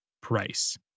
price